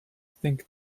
think